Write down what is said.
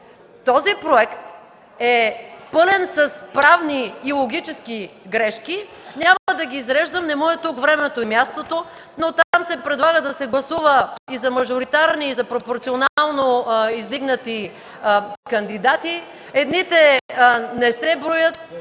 Този проект е пълен с правни и логически грешки. Няма да ги изреждам, не му е тук времето и мястото. Там се предлага да се гласува и за мажоритарно, и за пропорционално издигнати кандидати. Едните не се броят,